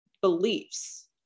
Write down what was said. beliefs